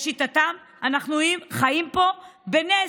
לשיטתם, אנחנו חיים פה בנס.